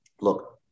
look